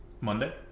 Monday